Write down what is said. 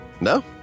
No